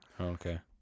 Okay